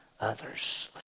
others